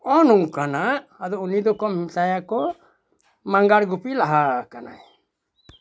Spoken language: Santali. ᱦᱚᱸᱜᱼᱚ ᱱᱚᱝᱠᱟᱱᱟᱜ ᱩᱱᱤ ᱫᱚᱠᱚ ᱢᱮᱛᱟᱭᱟᱠᱚ ᱢᱟᱸᱜᱟᱲ ᱜᱩᱯᱤ ᱞᱟᱦᱟᱣᱟᱠᱟᱱᱟᱭ